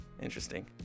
Interesting